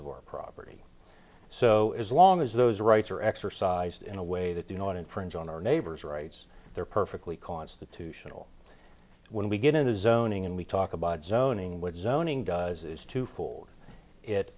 of our property so as long as those rights are exercised in a way that do not infringe on our neighbors rights they're perfectly constitutional when we get into zoning and we talk about zoning which zoning does is to for it